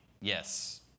yes